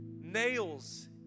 nails